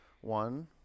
one